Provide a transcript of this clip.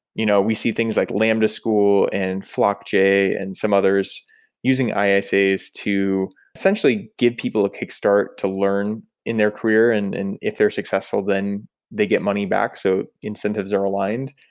you know we see things like lambda school and flockjay and some others using isas to essentially get people to kick start to learn in their career, and and if they're successful, then they get money back. so incentives are aligned.